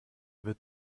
wird